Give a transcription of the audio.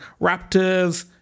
raptors